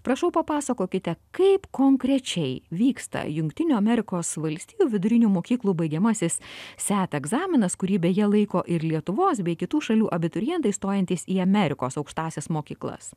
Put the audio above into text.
prašau papasakokite kaip konkrečiai vyksta jungtinių amerikos valstijų vidurinių mokyklų baigiamasis set egzaminas kurį beje laiko ir lietuvos bei kitų šalių abiturientai stojantys į amerikos aukštąsias mokyklas